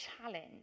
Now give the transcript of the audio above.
challenge